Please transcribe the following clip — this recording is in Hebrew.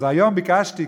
אז היום ביקשתי,